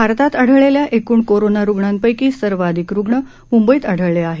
भारतात आढळलेल्या एकूण कोरोना रुग्णांपैकी सर्वाधिक रुग्ण मुंबईत आढळले आहेत